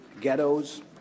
ghettos